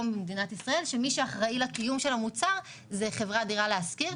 שמי שאחראי לקיום המוצר הוא חברת "דירה להשכיר",